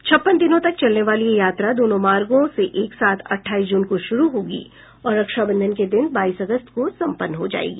छप्पन दिनों तक चलने वाली यह यात्रा दोनों मार्गों से एक साथ अट्ठाईस जून को शुरू होगी और रक्षा बंधन के दिन बाईस अगस्त को संपन्न हो जाएगी